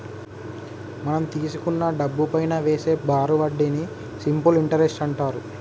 మనం తీసుకున్న డబ్బుపైనా వేసే బారు వడ్డీని సింపుల్ ఇంటరెస్ట్ అంటారు